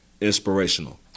inspirational